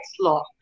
law